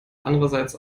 andererseits